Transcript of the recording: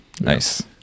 Nice